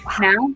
now